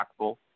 impactful